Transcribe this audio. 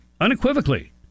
unequivocally